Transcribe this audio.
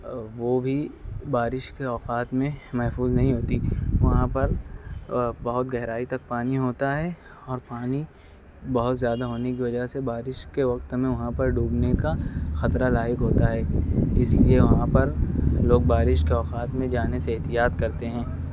وہ بھی بارش کے اوقات میں محفوظ نہیں ہوتی وہاں پر بہت گہرائی تک پانی ہوتا ہے اور پانی بہت زیادہ ہونے کی وجہ سے بارش کے وقت میں وہاں پر ڈوبنے کا خطرہ لاحق ہوتا ہے اس لئے وہاں پر لوگ بارش کے اوقات میں جانے سے احتیاط کرتے ہیں